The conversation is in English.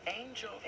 angel